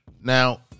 Now